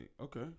okay